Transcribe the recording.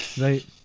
right